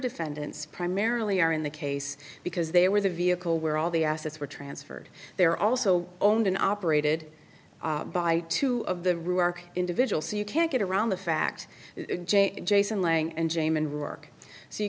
defendants primarily are in the case because they were the vehicle where all the assets were transferred they're also owned and operated by two of the rw are individual so you can't get around the fact jason lange and jamen remark so you